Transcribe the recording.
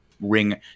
ring